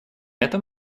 этом